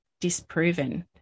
disproven